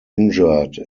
injured